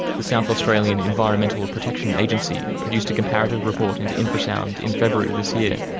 the south australian environmental ah protection agency produced a comparative report into infrasound in february this year,